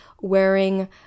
Wearing